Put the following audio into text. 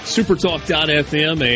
SuperTalk.fm